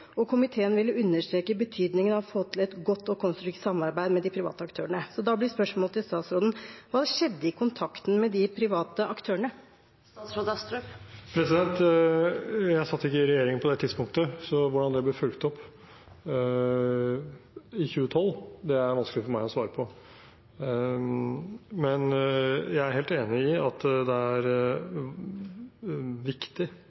Komiteen ville understreke betydningen av å få til et godt og konstruktivt samarbeid med de private aktørene. Da blir spørsmålet til statsråden: Hva skjedde i kontakten med de private aktørene? Jeg satt ikke i regjering på det tidspunktet, så hvordan det ble fulgt opp i 2012, er det vanskelig for meg å svare på. Men jeg er helt enig i at det er viktig